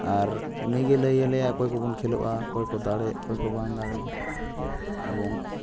ᱟᱨ ᱩᱱᱤᱜᱮ ᱞᱟᱹᱭ ᱟᱞᱮᱭᱟᱭ ᱚᱠᱚᱭ ᱠᱚᱵᱚᱱ ᱠᱷᱮᱞᱳᱜᱼᱟ ᱚᱠᱚᱭ ᱠᱚ ᱫᱟᱲᱮᱭᱟᱜ ᱚᱠᱚᱭ ᱠᱚ ᱵᱟᱝ ᱫᱟᱲᱮ ᱮᱵᱚᱝ